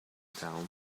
down